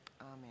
Amen